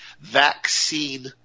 vaccine